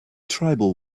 tribal